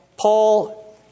Paul